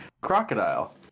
crocodile